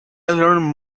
learn